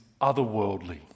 otherworldly